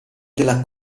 della